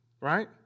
Right